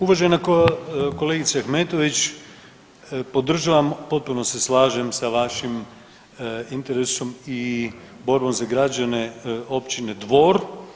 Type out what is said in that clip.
Uvažena kolegice Ahmetović, podržavam, potpuno se slažem sa vašim interesom i borbom za građane općine Dvor.